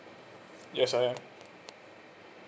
yes I am